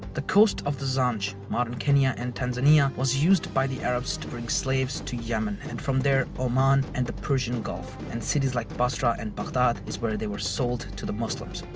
the coast of the zanj, modern kenya and tanzania, was used by the arabs to bring slaves to yemen and from there, oman and the persian gulf and cities like basra and baghdad is where, they were sold to the muslims.